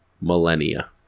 millennia